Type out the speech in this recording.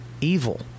evil